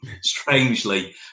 strangely